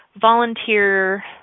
volunteer